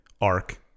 arc